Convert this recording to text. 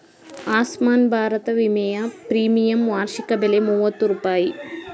ಆಸ್ಮಾನ್ ಭಾರತ ವಿಮೆಯ ಪ್ರೀಮಿಯಂ ವಾರ್ಷಿಕ ಬೆಲೆ ಮೂವತ್ತು ರೂಪಾಯಿ